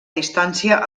distància